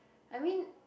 I mean